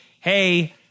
Hey